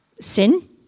sin